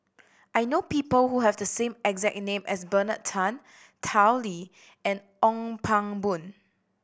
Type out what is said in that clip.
I know people who have the same exact a name as Bernard Tan Tao Li and Ong Pang Boon